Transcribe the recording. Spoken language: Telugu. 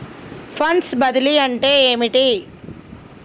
ఫండ్స్ బదిలీ అంటే ఏమిటి?